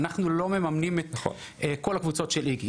אנחנו לא מממנים את כל הקבוצות של ׳איגי׳.